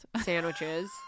sandwiches